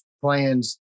plans